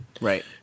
Right